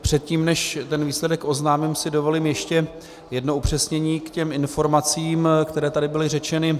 Předtím než ten výsledek oznámím, si dovolím ještě jedno upřesnění k těm informacím, které tady byly řečeny.